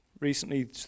Recently